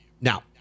Now